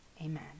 amen